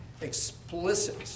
explicit